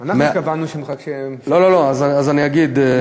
אנחנו קבענו, לא, לא, לא, אז אני אגיד.